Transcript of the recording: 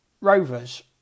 Rovers